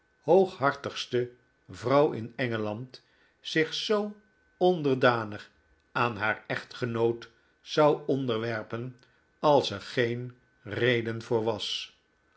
hooghartigste vrouw in engeland zich zoo onderdanig aan haar echtgenoot zou onderwerpen als er geen reden voor was